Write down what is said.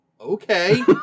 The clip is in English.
Okay